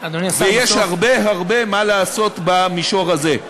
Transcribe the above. אדוני השר, ויש הרבה הרבה מה לעשות במישור הזה.